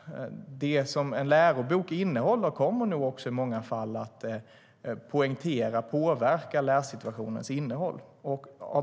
Det som en lärobok innehåller kommer nog också i många fall att påverka lärsituationens innehåll.